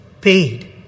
paid